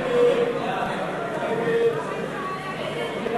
ההצעה להעביר את הצעת חוק-יסוד: